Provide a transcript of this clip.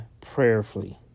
prayerfully